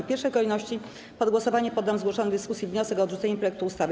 W pierwszej kolejności pod głosowanie poddam zgłoszony w dyskusji wniosek o odrzucenie projektu ustawy.